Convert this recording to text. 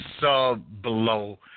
sub-below